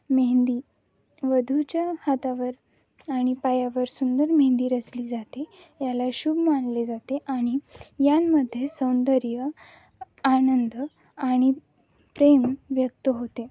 मेहंदी वधूच्या हातावर आणि पायावर सुंदर मेहंदी रचली जाते याला शुभ मानले जाते आणि यांमध्ये सौंदर्य आनंद आणि प्रेम व्यक्त होते